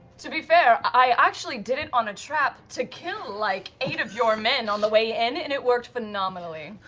to be fair, i actually did it on a trap to kill like eight of your men on the way in and it worked phenomenally.